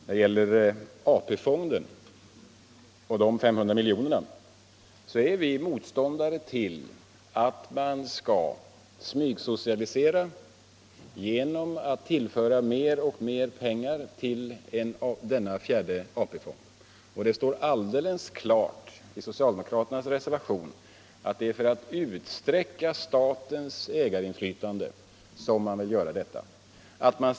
Sedan vill jag säga att vi är motståndare till att man skall smygsocialisera genom att tillföra fjärde AP-fonden mer och mer pengar. Det står alldeles klart i socialdemokraternas reservation att det är för att utsträcka statens ägarinflytande som man vill ge fonden ytterligare 500 miljoner.